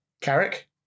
Carrick